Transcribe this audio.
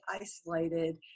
isolated